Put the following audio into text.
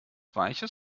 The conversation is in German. weiches